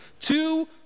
Two